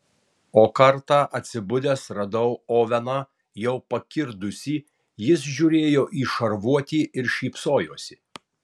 o kartą atsibudęs radau oveną jau pakirdusį jis žiūrėjo į šarvuotį ir šypsojosi